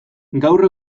gaur